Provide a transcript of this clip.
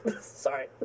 Sorry